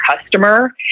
customer